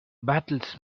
battles